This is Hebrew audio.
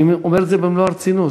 אני אומר את זה במלוא הרצינות.